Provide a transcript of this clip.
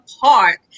park